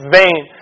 vain